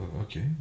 Okay